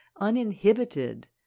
uninhibited